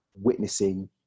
witnessing